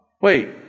Wait